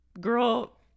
girl